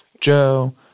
Joe